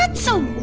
but so